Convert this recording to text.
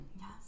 Yes